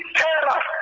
terror